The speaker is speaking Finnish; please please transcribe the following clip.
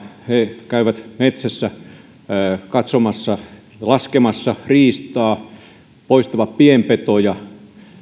he käyvät metsässä laskemassa riistaa poistavat pienpetoja